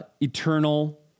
eternal